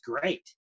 great